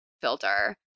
filter